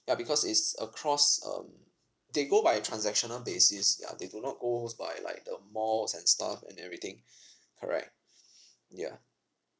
ya because is across um they go by transactional basis ya they do not goes by like the malls and stuff and everything correct yeah